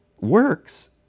works